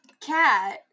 cat